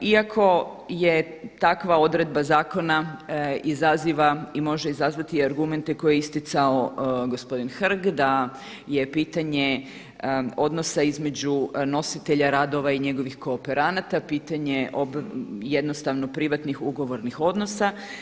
Iako je takva odredba zakona izaziva i može izazvati argumente koje je isticao gospodin Hrg da je pitanje odnosa između nositelja radova i njegovih kooperanata pitanje jednostavno privatnih ugovornih odnosa.